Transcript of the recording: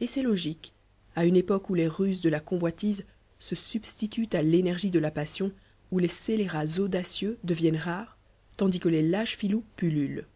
et c'est logique à une époque où les ruses de la convoitise se substituent à l'énergie de la passion où les scélérats audacieux deviennent rares tandis que les lâches filous pullulent